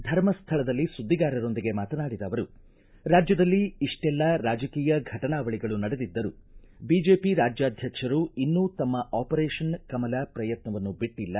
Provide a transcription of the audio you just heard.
ಧರ್ಮಸ್ಥಳದಲ್ಲಿ ಸುದ್ದಿಗಾರರೊಂದಿಗೆ ಮಾತನಾಡಿದ ಅವರು ರಾಜ್ಯದಲ್ಲಿ ಇಷ್ಟೆಲ್ಲಾ ರಾಜಕೀಯ ಘಟನಾವಳಿಗಳು ನಡೆದಿದ್ದರೂ ಬಿಜೆಪಿ ರಾಜ್ಯಾಧ್ವಕ್ಷರು ಇನ್ನೂ ತಮ್ಮ ಆಪರೇಶನ್ ಕಮಲ ಶ್ರಯತ್ನವನ್ನು ಬಿಟ್ಟಲ್ಲ